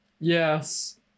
Yes